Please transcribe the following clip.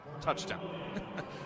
touchdown